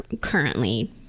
currently